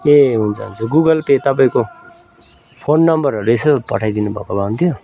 ए हुन्छ हुन्छ Google pay तपाईँको फोन नम्बरहरू यसो पठाइ दिनुभएको भए हुन्थ्यो